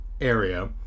area